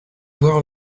voir